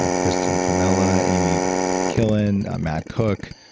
ah kristen camella, amy killen, matt cook,